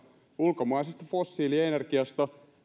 ulkomaisesta fossiilienergiasta